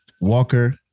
Walker